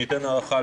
ניתן הארכה,